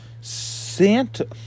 Santa